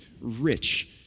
rich